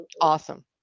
awesome